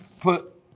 Put